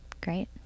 Great